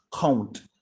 count